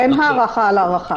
אין הארכה על הארכה.